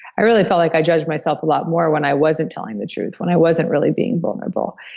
i really felt like i judged myself a lot more when i wasn't telling the truth, when i wasn't really being vulnerable.